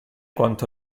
quanto